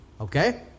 okay